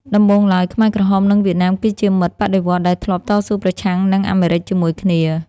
ដំបូងឡើយ ខ្មែរក្រហម និងវៀតណាមគឺជាមិត្តបដិវត្តន៍ដែលធ្លាប់តស៊ូប្រឆាំងនឹងអាមេរិកជាមួយគ្នា។